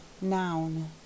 noun